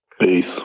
Peace